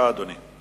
בבקשה, אדוני.